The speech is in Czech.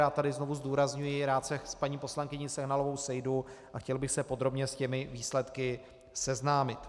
Já tady znovu zdůrazňuji, rád se s paní poslankyní Sehnalovou sejdu a chtěl bych se podrobně s těmi výsledky seznámit.